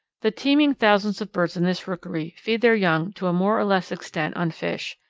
the teeming thousands of birds in this rookery feed their young to a more or less extent on fish,